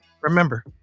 Remember